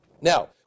Now